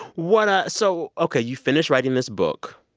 what ah so ok, you finish writing this book.